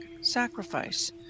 sacrifice